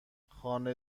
خانه